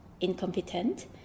incompetent